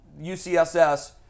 UCSS